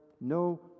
no